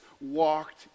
walked